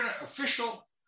official